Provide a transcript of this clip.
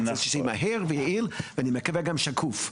זה שהיא מהר ויעיל ואני מקווה גם שקוף.